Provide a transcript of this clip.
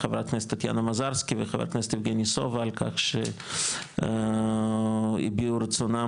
לחברת הכנסת טטיאנה מזרסקי וחבר הכנסת יבגני סובה שהביעו את רצונם